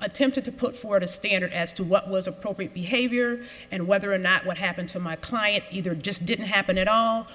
attempted to put forth a standard as to what was appropriate behavior and whether or not what happened to my client either just didn't happen at all